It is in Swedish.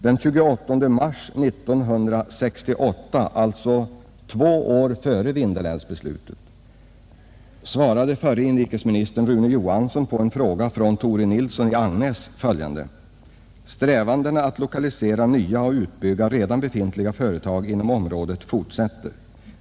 Den 28 mars 1968, alltså två år före Vindelälvsbeslutet, svarade dåvarande inrikesministern Rune Johansson på en fråga från Tore Nilsson i Agnäs följande: ”Strävandena att lokalisera nya och utbygga redan befintliga företag inom området fortsätter.